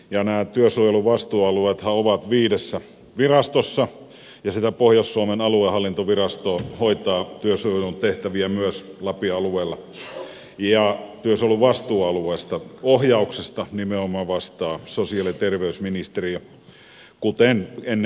nämä työsuojeluvastuualueethan ovat viidessä virastossa ja pohjois suomen aluehallintovirasto hoitaa työsuojelun tehtäviä myös lapin alueella ja työsuojelun vastuualueesta ohjauksesta nimenomaan vastaa sosiaali ja terveysministeriö kuten ennen uudistustakin